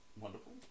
Wonderful